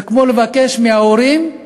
זה כמו לבקש מההורים,